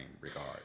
regard